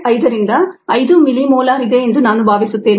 5 ರಿಂದ 5 ಮಿಲಿಮೋಲಾರ್ ಇದೆ ಎಂದು ನಾನು ಭಾವಿಸುತ್ತೇನೆ